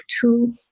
two